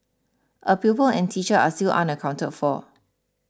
a pupil and teacher are still unaccounted for